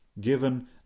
Given